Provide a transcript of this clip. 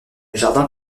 jardin